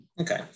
Okay